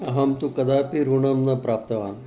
अहं तु कदापि ऋणं न प्राप्तवान्